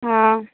ہاں